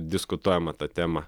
diskutuojama ta tema